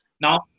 Now